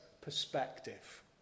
perspective